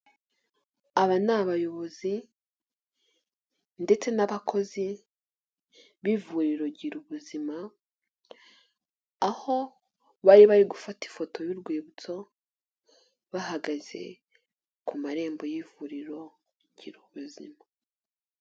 Aba ni abayobozi ndetse n'abakozi b'ivuriro Girubuzima, aho bari bari gufata ifoto y'urwibutso bahagaze ku marembo y'ivuriro Girubuzima.